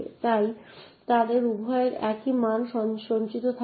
তাই তাদের উভয়েরই একই মান সঞ্চিত থাকবে